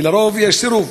ולרוב יש סירוב.